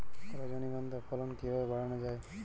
রজনীগন্ধা ফলন কিভাবে বাড়ানো যায়?